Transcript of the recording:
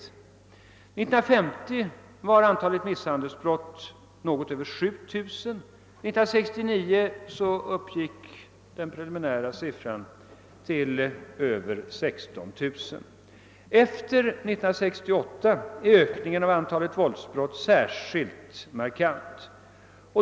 år 1950 var antalet misshandelsbrott något över 7 000, medan den preliminära siffran för 1969 uppgick till över 16 000. Efter 1968 är ökningen av antalet våldsbrott särskilt markant.